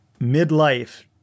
midlife